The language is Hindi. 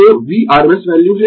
तो V rms वैल्यू है